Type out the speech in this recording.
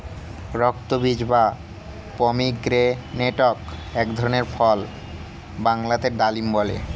রক্তবীজ বা পমিগ্রেনেটক এক ধরনের ফল বাংলাতে ডালিম বলে